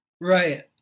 Right